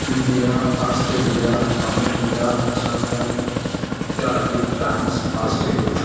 India Australia America Japan Italy France Australia